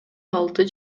алты